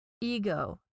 ego